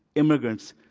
immigrants,